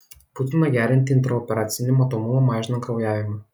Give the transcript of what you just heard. būtina gerinti intraoperacinį matomumą mažinant kraujavimą